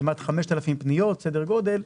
כמעט 5,000 פניות סדר-גודל.